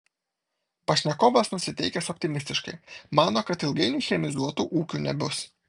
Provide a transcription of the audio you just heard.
pašnekovas nusiteikęs optimistiškai mano kad ilgainiui chemizuotų ūkių nebus